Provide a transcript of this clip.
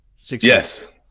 Yes